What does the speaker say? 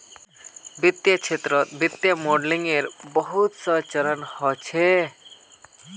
वित्तीय क्षेत्रत वित्तीय मॉडलिंगेर बहुत स चरण ह छेक